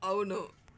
అవును